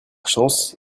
chance